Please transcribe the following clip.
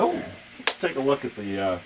oh take a look at the